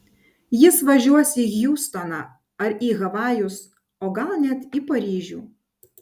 jis važiuos į hjustoną ar į havajus o gal net į paryžių